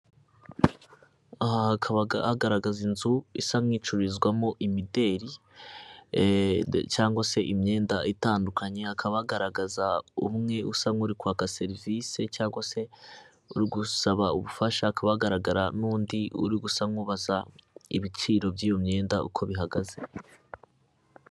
Aha hakaba hagaragaza inzu isa n'icurizwamo imideli cyangwa se imyenda itandukanye, hakaba hagaragaza umwe usa n'uri kwaka serivisi cyangwa se uri gusaba ubufasha, hakaba hagaragara n'undi uri gusa nk'ubaza ibiciro by'iyo myenda uko bihagaze.